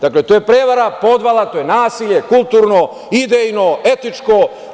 Dakle, to je prevara, podvala, to je nasilje kulturno, idejno, etičko.